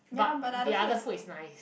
but the other food is nice